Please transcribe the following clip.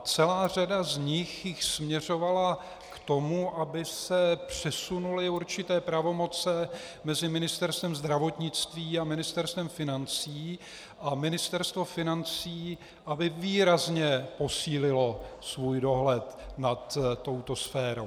Celá řada z nich jich směřovala k tomu, aby se přesunuly určité pravomoci mezi Ministerstvem zdravotnictví a Ministerstvem financí a Ministerstvo financí aby výrazně posílilo svůj dohled nad touto sférou.